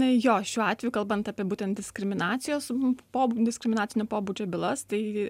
jo šiuo atveju kalbant apie būtent diskriminacijos po diskriminacinio pobūdžio bylas tai